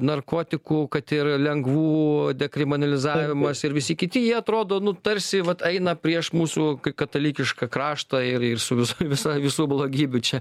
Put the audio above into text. narkotikų kad ir lengvų dekrimanalizavimas ir visi kiti jie atrodo nu tarsi vat eina prieš mūsų k katalikišką kraštą ir ir su visa visa visų blogybių čia